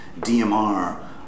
DMR